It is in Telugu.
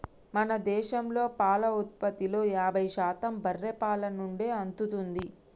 మన దేశంలో పాల ఉత్పత్తిలో యాభై శాతం బర్రే పాల నుండే అత్తుంది